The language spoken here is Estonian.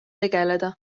tegeleda